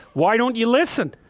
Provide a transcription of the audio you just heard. why don't you listen?